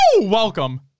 welcome